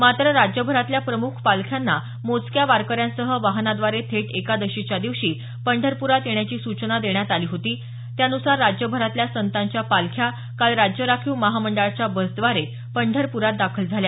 मात्र राज्यभरातल्या प्रमुख पालख्यांना मोजक्या वारकऱ्यांसह वाहनाद्वारे थेट एकादशीच्या दिवशी पंढरपुरात येण्याची सूचना देण्यात आली होती त्यानुसार राज्यभरातल्या संतांच्या पालख्या काल राज्य परीवहन महामंडळांच्या बसद्वारे पंढरप्रात दाखल झाल्या